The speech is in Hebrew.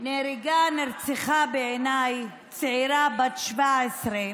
גם נהרגה, נרצחה, בעיניי, צעירה בת 17,